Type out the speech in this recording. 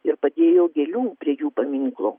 ir padėjo gėlių prie jų paminklo